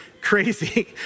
crazy